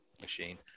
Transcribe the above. machine